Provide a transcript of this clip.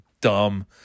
dumb